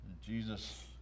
Jesus